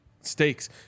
stakes